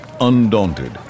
undaunted